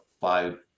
five